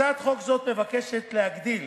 הצעת חוק זו מבקשת להגדיל